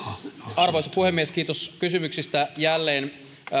arvoisa puhemies kiitos kysymyksistä jälleen